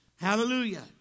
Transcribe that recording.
Hallelujah